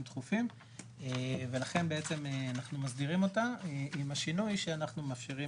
דחופים ולכן אנחנו מסדירים אותה עם השינוי שאנחנו מאפשרים